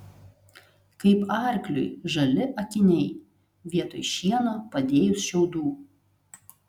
kaip arkliui žali akiniai vietoj šieno padėjus šiaudų